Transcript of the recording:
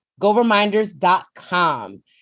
GoReminders.com